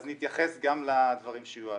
אז נתייחס גם לדברים שיועלו.